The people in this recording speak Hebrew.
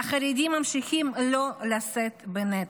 והחרדים ממשיכים לא לשאת בנטל.